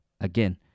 Again